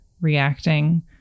reacting